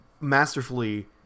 Masterfully